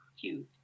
cute